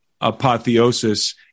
apotheosis